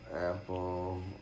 Apple